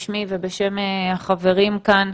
בשמי ובשם החברים כאן,